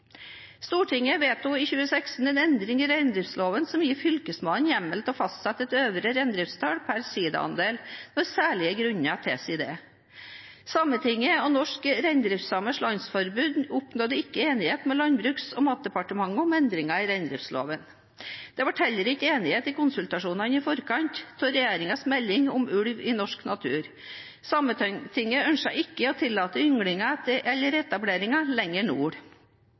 Stortinget vedtok i 2016 en endring i reindriftsloven som gir Fylkesmannen hjemmel til å fastsette et øvre reintall per siidaandel når særlige grunner tilsier det. Sametinget og Norske Reindriftsamers Landsforbund oppnådde ikke enighet med Landbruks- og matdepartementet om endringer i reindriftsloven. Det ble heller ikke enighet i konsultasjonene i forkant av regjeringens melding om ulv i norsk natur. Sametinget ønsker ikke å tillate ynglinger eller etableringer lenger nord.